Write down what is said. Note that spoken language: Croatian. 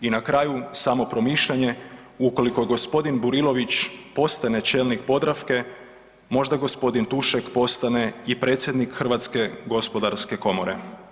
I na kraju samo promišljanje ukoliko gospodin Burilović postane čelnik Podravke možda gospodin Tušek postane i predsjednik Hrvatske gospodarske komore.